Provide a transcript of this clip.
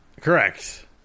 Correct